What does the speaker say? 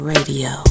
Radio